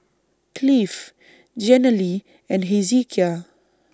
Cleve Jenilee and Hezekiah